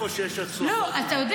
איפה שיש הצלחות הוא מגיע.